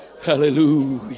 Hallelujah